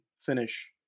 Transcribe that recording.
finish